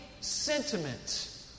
sentiment